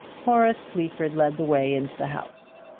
horace sleaford led the way into the house.